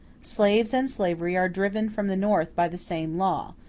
slaves and slavery are driven from the north by the same law,